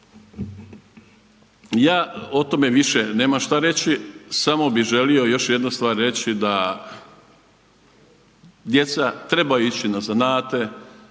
Ja o tome više nemam šta reći, samo bi želio još jednu stvar reći da djeca trebaju ići na zanate,